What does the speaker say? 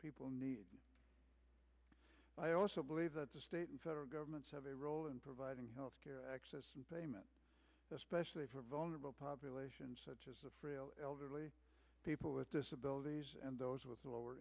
people need i also believe that the state and federal governments have a role in providing health care access and payment especially for vulnerable populations frail elderly people with disabilities and those w